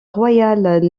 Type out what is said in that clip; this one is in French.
royal